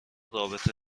رابطه